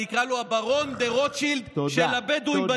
אני אקרא לו: הברון דה-רוטשילד של הבדואים בנגב.